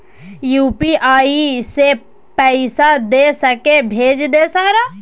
UPI से पैसा दे सके भेज दे सारा?